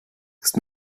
ist